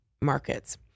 markets